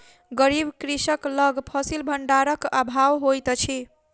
गरीब कृषक लग फसिल भंडारक अभाव होइत अछि